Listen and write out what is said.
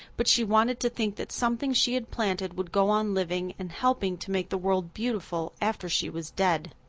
but she wanted to think that something she had planted would go on living and helping to make the world beautiful after she was dead.